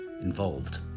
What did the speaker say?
involved